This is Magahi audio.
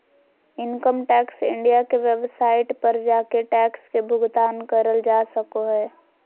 इनकम टैक्स इंडिया के वेबसाइट पर जाके टैक्स के भुगतान करल जा सको हय